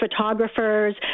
photographers